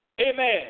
amen